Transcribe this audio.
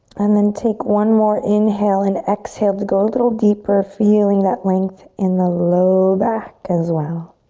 and then take one more inhale and exhale to go a little deeper, feeling that length in the low back as well.